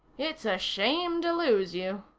it's a shame to lose you,